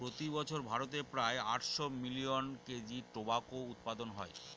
প্রতি বছর ভারতে প্রায় আটশো মিলিয়ন কেজি টোবাকো উৎপাদন হয়